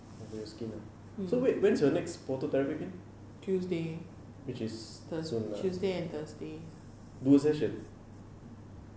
oh for your skin ah so wait when is your next phototherapy again which is soon lah dua session